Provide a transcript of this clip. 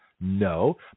No